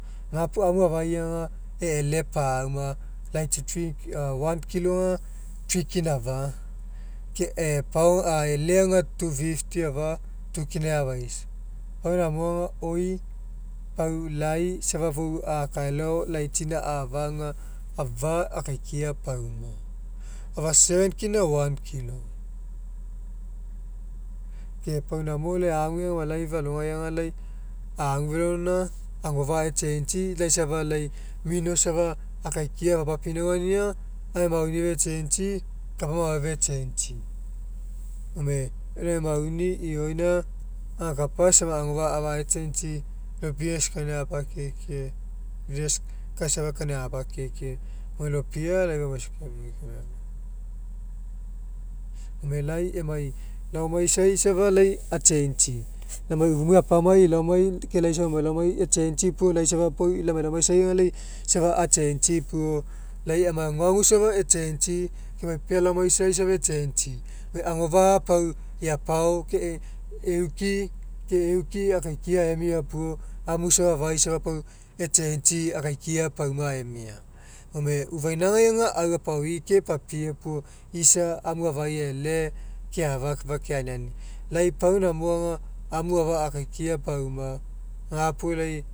Gapuo amu afai aga e'ele pauma laitsi three kina one kilo aga three kina afa ke eapao e'ele aga two fifty afa two kina afaisa pau namo aga oi pau lai safa fou a kaealao laitsi a'afa aga afa akaikiai pauma afa seven kina one kilo ke pau namo lai ague aga life alogai aga lai agu feloalogaina agofa'a e'changei lai safa lai mino safa akaikiai apapinaugania lai emai mauni e'changei kapa maoai e'changei gome lai mauni ioina agakapa aisama agofa'a age agechangei lopia leaders kainai apakiekie leaders kai safa kaniai apakiekie gome lai emai laomaisai isafa lai achangei lai ufumai apamai e'i laomai ke lai safa emai laomai e'changei puo laisa pau lai emai lai achangei puo lai emai aguagu safa e'changei emai pealaomaisai safa e'changei gome agofa'a pau eapao ke euki ke euki akaikiai emia puo amu safa afai safa e'changei akaikiai pauma emia. Gome ufainagai aga au apaoi kepapea puo isa amu afai e'ele ke kefa'fa keaniani lai pau namo aga amu afa akaikiai pauma gapuo lai